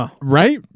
Right